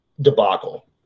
debacle